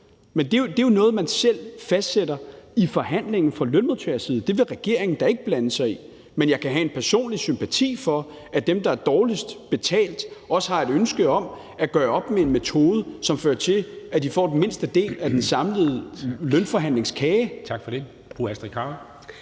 men det er jo noget, man selv fastsætter i forhandlingen fra lønmodtagerside. Det vil regeringen da ikke blande sig i. Men jeg kan have en personlig sympati, i forhold til at dem, der er dårligst betalt, også har et ønske om at gøre op med en metode, som fører til, at de får den mindste del af den samlede lønforhandlingskage. Kl.